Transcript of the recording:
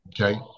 Okay